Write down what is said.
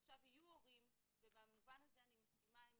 עכשיו, יהיו הורים, ובמובן הזה אני מסכימה עם